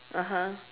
(uh huh)